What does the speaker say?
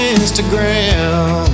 Instagram